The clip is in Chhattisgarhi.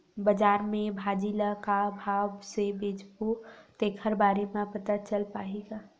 बजार में भाजी ल का भाव से बेचबो तेखर बारे में पता चल पाही का?